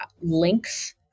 links